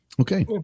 Okay